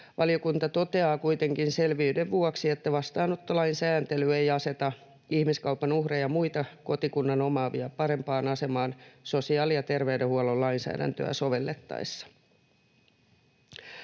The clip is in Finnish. Valiokunta toteaa kuitenkin selvyyden vuoksi, että vastaanottolain sääntely ei aseta ihmiskaupan uhreja muita kotikunnan omaavia parempaan asemaan sosiaali- ja terveydenhuollon lainsäädäntöä sovellettaessa.